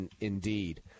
indeed